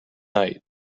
night